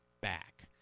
back